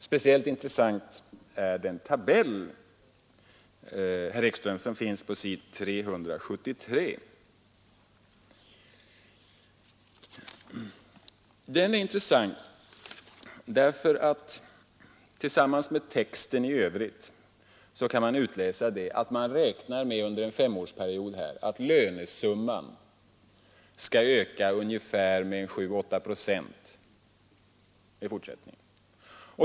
Speciellt intressant är den s. 373. Den är intressant därför att tabell, herr Ekström, som finns på man av den, tillsammans med texten i övrigt, kan utläsa att lönesumman i fortsättningen beräknas öka med 7—8 procent under en treårsperiod.